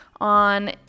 on